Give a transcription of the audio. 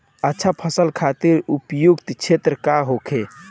अच्छा फसल खातिर उपयुक्त क्षेत्र का होखे?